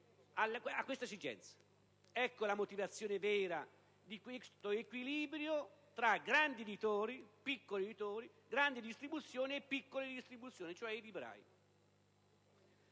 Ecco la motivazione vera dell'equilibrio tra grandi editori, piccoli editori, grande distribuzione e piccola distribuzione, cioè il libraio.